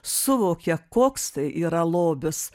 suvokia koks tai yra lobis